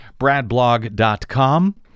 bradblog.com